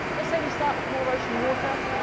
let's say we start with more ocean water.